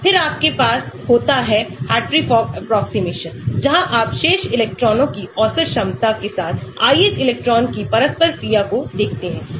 फिर आपके पास होता है हार्ट्री फॉक एप्रोक्सीमेशन जहाँ आप शेष इलेक्ट्रॉनों की औसत क्षमता के साथ ith इलेक्ट्रॉन की परस्पर क्रिया को देखते हैं